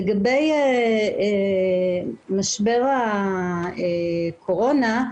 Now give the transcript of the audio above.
לגבי משבר הקורונה,